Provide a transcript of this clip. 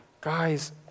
Guys